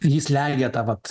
jį slegia ta vat